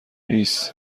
هیس